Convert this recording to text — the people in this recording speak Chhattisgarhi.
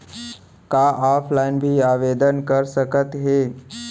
का ऑफलाइन भी आवदेन कर सकत हे?